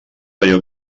allò